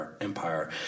empire